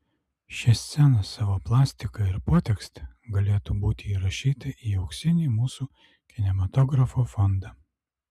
ši scena savo plastika ir potekste galėtų būti įrašyta į auksinį mūsų kinematografo fondą